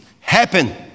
happen